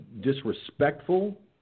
disrespectful